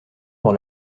dans